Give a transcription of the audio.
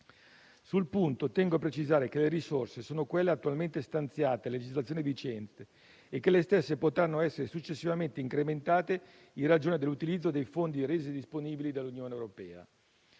Sul punto tengo a precisare che le risorse sono quelle attualmente stanziate a legislazione vigente e che le stesse potranno essere successivamente incrementate in ragione dell'utilizzo dei fondi resi disponibili dall'Unione europea.